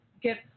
get